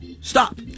Stop